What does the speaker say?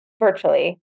virtually